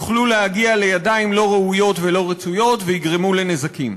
יוכלו להגיע לידיים לא ראויות ולא רצויות ויגרמו לנזקים.